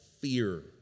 fear